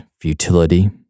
futility